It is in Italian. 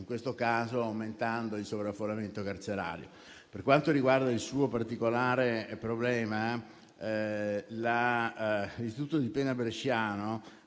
in questo caso aumentando il sovraffollamento carcerario. Per quanto riguarda il suo particolare problema, nell'istituto di pena bresciano